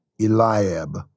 Eliab